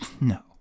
no